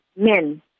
men